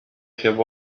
have